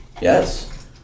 yes